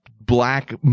black